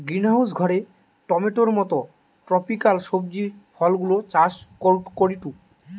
greenhouse ঘরে টমেটোর মত ট্রপিকাল সবজি ফলগুলা চাষ করিটু